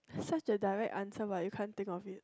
such a direct answer but you can't think of it